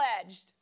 pledged